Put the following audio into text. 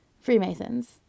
freemasons